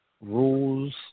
rules